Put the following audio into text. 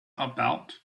about